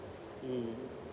mm